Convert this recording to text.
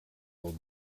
old